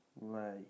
lay